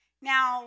Now